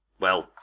well,